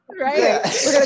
right